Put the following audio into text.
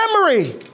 memory